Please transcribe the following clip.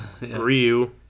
Ryu